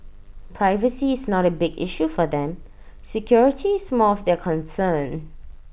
privacy is not A big issue for them security is more of their concern